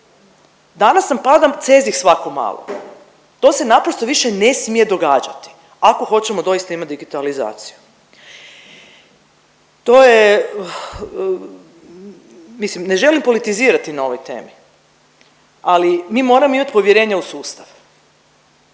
Danas nam pada CEZIH svako malo, to se naprosto više ne smije događati ako hoćemo doista imati digitalizaciju. To je mislim ne želim politizirati na ovoj temi, ali mi moramo imati povjerenja u sustave,